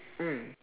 mm